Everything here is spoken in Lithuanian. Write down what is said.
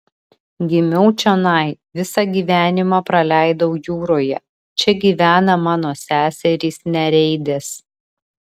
gimiau čionai visą gyvenimą praleidau jūroje čia gyvena mano seserys nereidės